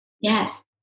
Yes